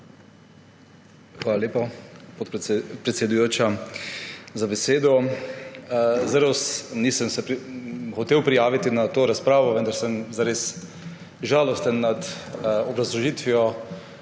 Hvala lepa, predsedujoča, za besedo. Nisem se hotel prijaviti k tej razpravi, vendar sem zares žalosten zaradi obrazložitve